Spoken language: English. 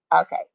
Okay